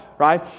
right